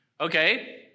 Okay